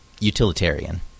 Utilitarian